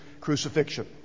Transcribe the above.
crucifixion